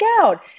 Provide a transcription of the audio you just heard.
out